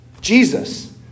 Jesus